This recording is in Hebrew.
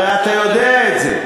הרי אתה יודע את זה.